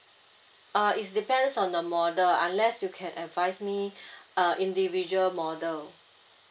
uh it's depends on the model unless you can advise me uh individual model